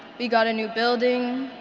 we got a new building,